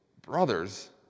Brothers